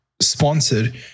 sponsored